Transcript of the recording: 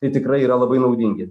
tai tikrai yra labai naudingi